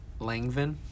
langvin